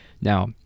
Now